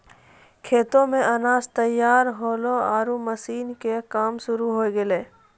खेतो मॅ अनाज तैयार होल्हों आरो मशीन के काम शुरू होय गेलै